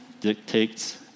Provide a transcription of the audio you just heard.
dictates